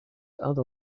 other